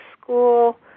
school